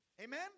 Amen